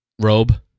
robe